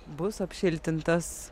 bus apšiltintas